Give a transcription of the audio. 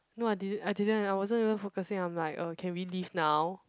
no I did didn't I wasn't even focusing I'm like uh can we leave now